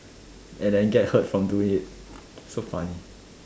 and then get hurt from doing it so funny